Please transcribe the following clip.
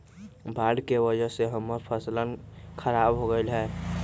बाढ़ के वजह से हम्मर फसलवन खराब हो गई लय